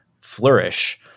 flourish